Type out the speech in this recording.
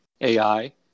AI